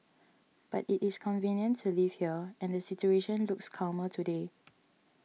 but it is convenient to live here and the situation looks calmer today